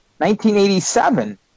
1987